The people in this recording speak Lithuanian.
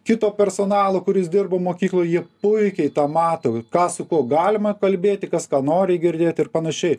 kito personalo kuris dirbo mokykloj jie puikiai tą mato ką su kuo galima kalbėti kas ką nori girdėti ir panašiai